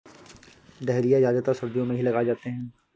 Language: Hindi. डहलिया ज्यादातर सर्दियो मे ही लगाये जाते है